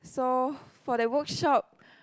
so for that workshop